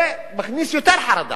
זה מכניס יותר חרדה,